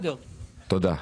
תודה.